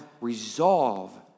resolve